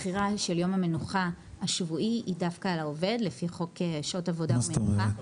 הבחירה של יום המנוחה השבועי היא דווקא של העובד לפי שעות עבודה ומנוחה,